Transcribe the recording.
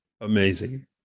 amazing